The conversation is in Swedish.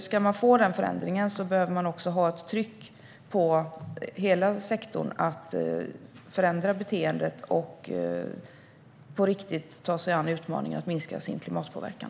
Ska man få den förändringen behöver man ha ett tryck på hela sektorn att förändra beteendet och på riktigt ta sig an utmaningarna att minska sin klimatpåverkan.